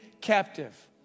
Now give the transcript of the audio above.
captive